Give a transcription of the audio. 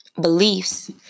beliefs